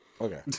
Okay